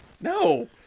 No